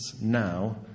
now